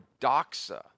doxa